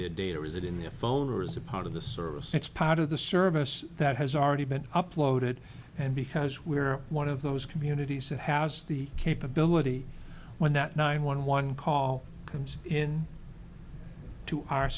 the data or is it in the a phone or is a part of the service that's part of the service that has already been uploaded and because we are one of those communities that has the capability when that nine one one call comes in to our